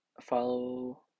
Follow